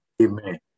Amen